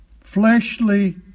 fleshly